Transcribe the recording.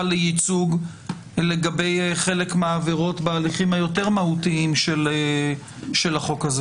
לייצוג לגבי חלק מהעבירות בהליכים היותר מהותיים של החוק הזה.